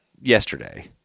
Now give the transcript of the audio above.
yesterday